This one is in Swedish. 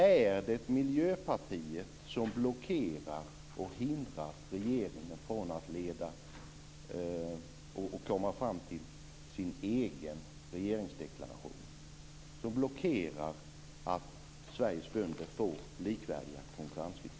Är det Miljöpartiet som blockerar och hindrar regeringen från att komma fram till sin egen regeringsdeklaration, som blockerar att Sveriges bönder får likvärdiga konkurrensvillkor?